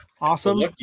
awesome